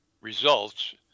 results